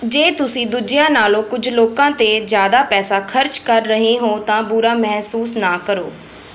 ਜੇ ਤੁਸੀਂ ਦੂਜਿਆਂ ਨਾਲੋਂ ਕੁਝ ਲੋਕਾਂ 'ਤੇ ਜ਼ਿਆਦਾ ਪੈਸਾ ਖ਼ਰਚ ਕਰ ਰਹੇ ਹੋ ਤਾਂ ਬੁਰਾ ਮਹਿਸੂਸ ਨਾ ਕਰੋ